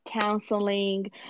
counseling